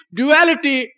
duality